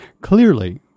Clearly